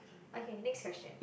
okay next question